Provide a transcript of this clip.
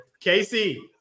Casey